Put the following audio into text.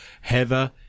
Heather